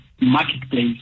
marketplace